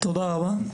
תודה רבה.